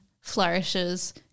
flourishes